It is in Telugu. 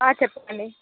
చెప్పండి